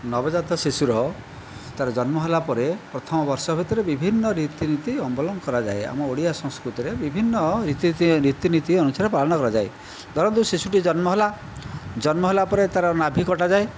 ନବଜାତ ଶିଶୁର ତାର ଜନ୍ମ ହେଲା ପରେ ପ୍ରଥମ ବର୍ଷ ଭିତରେ ବିଭିନ୍ନ ରୀତିନୀତି ଅବଲମ୍ବନ କରାଯାଏ ଆମ ଓଡ଼ିଆ ସଂସ୍କୃତିରେ ବିଭିନ୍ନ ରୀତିନୀତି ଅନୁସାରେ ପାଳନ କରାଯାଏ ଧରନ୍ତୁ ଶିଶୁଟି ଜନ୍ମ ହେଲା ଜନ୍ମ ହେଲା ପରେ ତା'ର ନାଭି କଟାଯାଏ